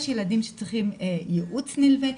יש ילדים שצריכים ייעוץ נלווה.